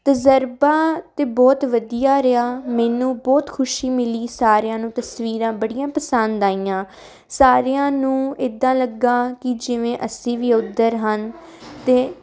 ਤਜ਼ਰਬਾ ਤਾਂ ਬਹੁਤ ਵਧੀਆ ਰਿਹਾ ਮੈਨੂੰ ਬਹੁਤ ਖੁਸ਼ੀ ਮਿਲੀ ਸਾਰਿਆਂ ਨੂੰ ਤਸਵੀਰਾਂ ਬੜੀਆਂ ਪਸੰਦ ਆਈਆਂ ਸਾਰਿਆਂ ਨੂੰ ਇੱਦਾਂ ਲੱਗਾ ਕਿ ਜਿਵੇਂ ਅਸੀਂ ਵੀ ਉੱਧਰ ਹਨ ਅਤੇ